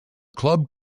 club